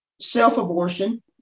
self-abortion